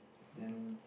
and